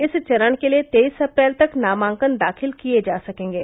इस चरण के लिये तेईस अप्रैल तक नामांकन दाखिल किये जा सकेंगे